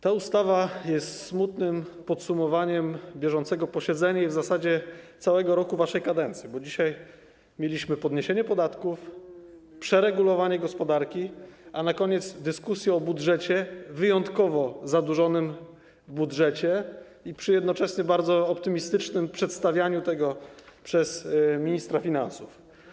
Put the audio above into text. Ta ustawa jest smutnym podsumowaniem bieżącego posiedzenia i w zasadzie całego roku waszej kadencji, bo dzisiaj mieliśmy podniesienie podatków, przeregulowanie gospodarki, a na koniec dyskusję o budżecie, wyjątkowo zadłużonym budżecie, przy jednoczesnym bardzo optymistycznym przedstawianiu tego przez ministra finansów.